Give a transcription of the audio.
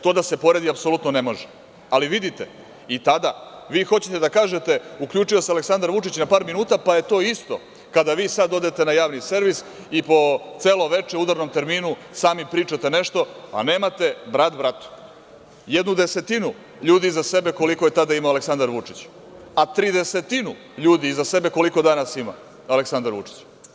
To da se poredi apsolutno ne može, ali vidite i tada vi hoćete da kažete – uključio se Aleksandar Vučić na par minuta, pa je to isto kada vi sada odete na Javni servis i po celo veče, u udarnom terminu, sami pričate nešto, a nemate brat bratu jednu desetinu ljudi iza sebe koliko je tada imao Aleksandar Vučić, a tridesetinu ljudi iza sebe, koliko danas ima Aleksandar Vučić.